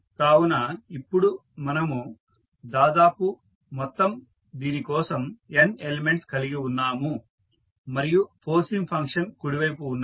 కావున ఇప్పుడు మనము దాదాపు మొత్తం దీనికోసం n ఎలిమెంట్స్ కలిగి ఉన్నాము మరియు ఫోర్సింగ్ ఫంక్షన్ కుడి వైపు ఉన్నది